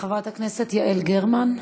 חברת הכנסת יעל גרמן.